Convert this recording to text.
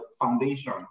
foundation